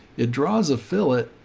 it draws a fill it,